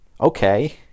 okay